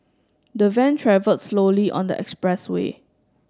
the van travelled slowly on the expressway